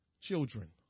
children